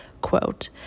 quote